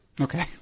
Okay